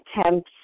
attempts